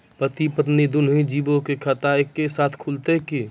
पति पत्नी दुनहु जीबो के खाता एक्के साथै खुलते की?